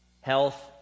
health